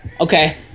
okay